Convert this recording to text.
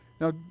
Now